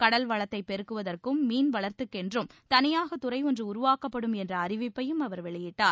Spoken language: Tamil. கடல் வளத்தை பெருக்குவதற்கும் மீன் வளத்திற்கென்றும் தனியாக துறை ஒன்று உருவாக்கப்படும் என்ற அறிவிப்பையும் அவர் வெளியிட்டார்